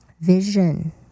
vision